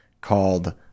called